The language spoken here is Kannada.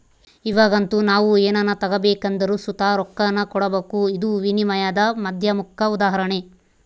ಇವಾಗಂತೂ ನಾವು ಏನನ ತಗಬೇಕೆಂದರು ಸುತ ರೊಕ್ಕಾನ ಕೊಡಬಕು, ಇದು ವಿನಿಮಯದ ಮಾಧ್ಯಮುಕ್ಕ ಉದಾಹರಣೆ